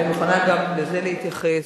אני מוכנה גם לזה להתייחס.